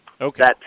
Okay